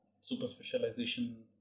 super-specialization